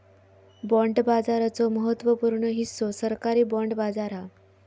bond बाजाराचो महत्त्व पूर्ण हिस्सो सरकारी बाँड बाजार हा